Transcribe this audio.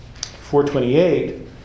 428